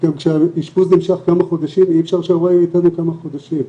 גם כשאשפוז נמשך כמה חודשים אי אפשר שהורה יהיה איתנו כמה חודשים.